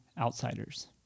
outsiders